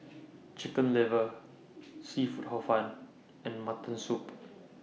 Chicken Liver Seafood Hor Fun and Mutton Soup